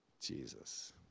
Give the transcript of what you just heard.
Jesus